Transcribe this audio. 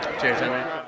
Cheers